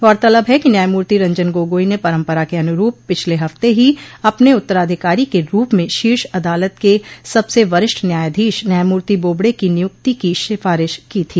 गौरतलब है कि न्यायमूर्ति रंजन गोगोई ने परम्परा के अनुरूप पिछले हफ़्ते ही अपने उत्तराधिकारी के रूप में शीर्ष अदालत के सबसे वरिष्ठ न्यायाधीश न्यायमूर्ति बोबड़े की नियुक्ति की सिफ़ारिश की थी